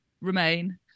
remain